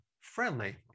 friendly